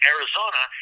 Arizona